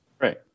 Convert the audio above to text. Right